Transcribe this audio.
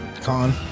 Con